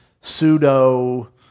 pseudo